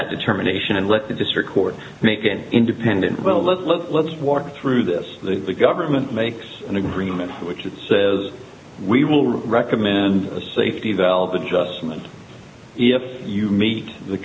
that determination and let the district court make an independent well let's let let's walk through this the government makes an agreement which it says we will recommend a safety valve adjustment if you meet the